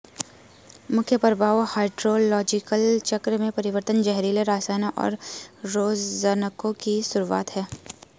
मुख्य प्रभाव हाइड्रोलॉजिकल चक्र में परिवर्तन, जहरीले रसायनों, और रोगजनकों की शुरूआत हैं